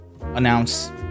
announce